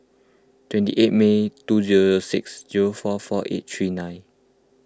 twenty eight May two zero zero six zero four four eight three nine